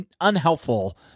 unhelpful